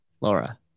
Laura